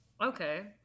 okay